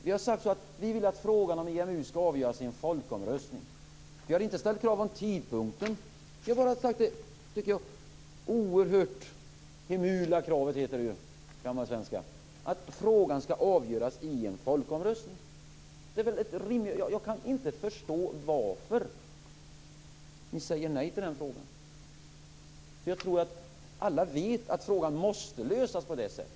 Vi har sagt att frågan om EMU ska avgöras i en folkomröstning. Vi har inte ställt krav om tidpunkten. Men vi har lagt fram det oerhört hemula - gammal svenska - kravet att frågan ska avgöras i en folkomröstning. Jag kan inte förstå varför ni säger nej till den frågan. Alla vet att frågan måste lösas på det sättet.